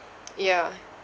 yeah